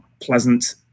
pleasant